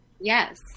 yes